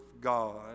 God